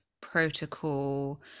protocol